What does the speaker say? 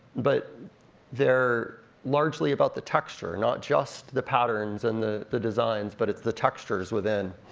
but they're largely about the texture, not just the patterns and the the designs, but it's the textures within